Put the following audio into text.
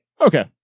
Okay